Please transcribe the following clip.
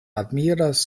admiras